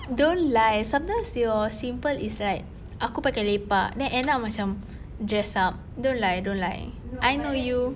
don't lie sometimes your simple is like aku pakai lepak then end up macam dressed up don't lie don't lie I know you